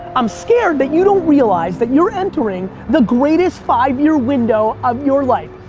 i'm scared that you don't realize that you're entering the greatest five-year window of your life.